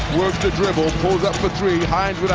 works the dribble, pulls up for three, hines